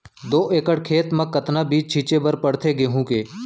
दो एकड़ खेत म कतना बीज छिंचे बर पड़थे गेहूँ के?